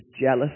jealous